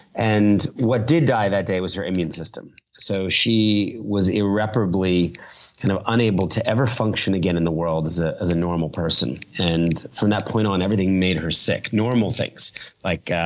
and what did die that day was her immune system. so, she was irreparably kind of unable to ever function again in the world as ah a normal person. and from that point on, everything made her sick. normal things like,